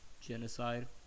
Genocide